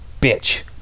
bitch